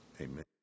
Amen